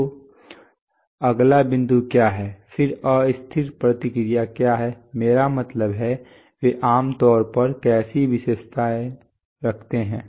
तो अगला बिंदु क्या है फिर अस्थिर प्रतिक्रिया क्या है मेरा मतलब है वे आम तौर पर कैसे विशेषता रखते हैं